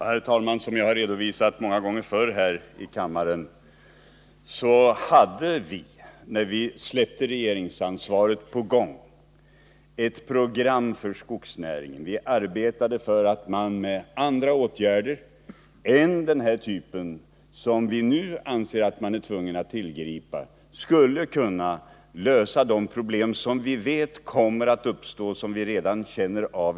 Herr talman! Som jag redovisat många gånger förr i kammaren hade vi, när vi släppte regeringsansvaret, ett program på gång för skogsnäringen. Vi arbetade för att samhället med andra åtgärder än den typ vi nu anser oss vara tvungna att tillgripa skulle kunna lösa de problem som vi vet kommer att uppstå och som vi redan i dag känner av.